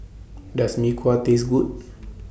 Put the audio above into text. Does Mee Kuah Taste Good